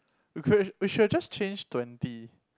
we could we should have just change twenty